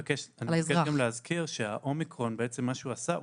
ואני מבקש גם להזכיר שהאומיקרון בעצם מה שהוא עשה,